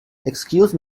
excuse